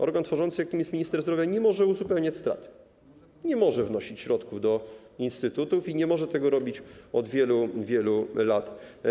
Organ tworzący, jakim jest minister zdrowia, nie może uzupełniać strat, nie może wnosić środków do instytutów i nie może tego robić od wielu lat.